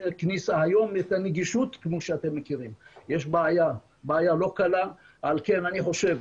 כמו שאתם מכירים יש בעיה לא קלה עם הנגישות.